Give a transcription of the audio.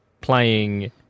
playing